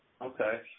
Okay